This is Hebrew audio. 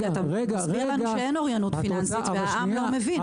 כי אתה מסביר לנו שאין אוריינות פיננסית והעם לא מבין,